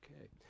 Okay